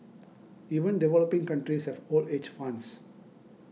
even developing countries have old age funds